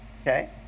Okay